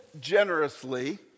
generously